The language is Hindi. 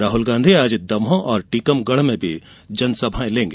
राहुल गांधी आज दमोह और टीकमगढ़ में भी जनसभायें करेंगे